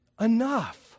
enough